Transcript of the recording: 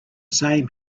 same